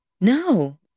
No